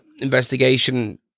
investigation